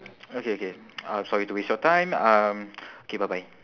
okay K uh sorry to waste your time um K bye bye